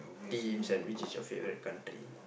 teams and which is your favourite country